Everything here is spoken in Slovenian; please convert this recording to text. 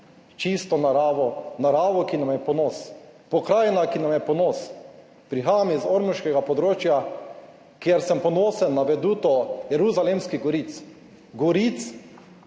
čisto naravo, naravo, ki nam je v ponos. Pokrajina, ki nam je v ponos. Prihajam iz ormoškega področja, kjer sem ponosen na veduto Jeruzalemskih goric, goric